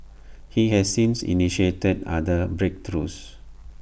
he has since initiated other breakthroughs